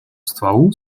стволу